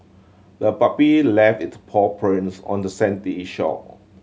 the puppy left its paw prints on the sandy shore